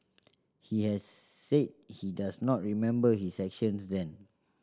he had said he does not remember his actions then